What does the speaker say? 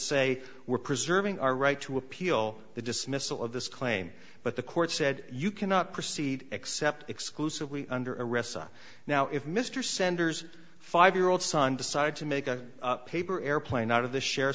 say we're preserving our right to appeal the dismissal of this claim but the court said you cannot proceed except exclusively under a ressa now if mr sanders five year old son decided to make a paper airplane out of the share